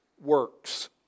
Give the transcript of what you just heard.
works